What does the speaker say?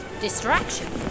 distraction